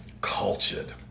Cultured